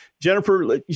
Jennifer